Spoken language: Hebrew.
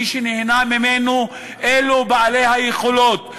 מי שנהנה ממנו זה בעלי היכולת,